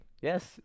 Yes